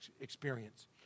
experience